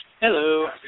Hello